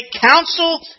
counsel